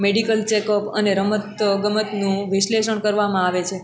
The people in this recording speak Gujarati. મેડિકલ ચેકઅપ અને રમત ગમતનું વિશ્લેષણ કરવામાં આવે છે